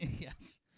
Yes